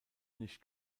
nicht